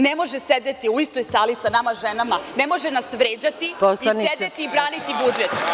Ne može sedeti u istoj sali sa nama ženama, ne može nas vređati i sedeti i braniti budžet.